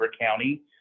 county